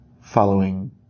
following